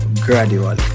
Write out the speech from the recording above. gradually